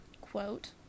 quote